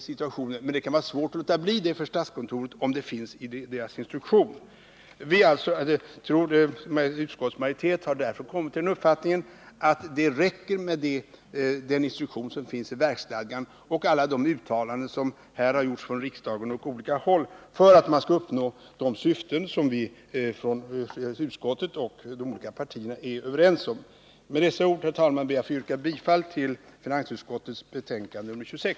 Det kan emellertid vara svårt för statskontoret att låta bli, om decentraliseringsmålet finns inskrivet i dess instruktion. Utskottsmajoriteten har därför kommit till den uppfattningen att det räcker med den instruktion som finns i verksstadgan och med de uttalanden som har gjorts här i riksdagen och från annat håll för att man skall uppnå de syften som utskottet och de olika partierna är överens om. Med dessa ord, herr talman, ber jag att få yrka bifall till finansutskottets hemställan i dess betänkande nr 26.